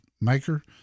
maker